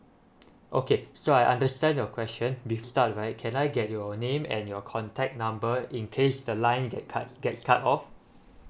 okay so I understand your question before we start right can I get your name and your contact number in case the line gets cut gets cut off